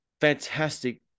fantastic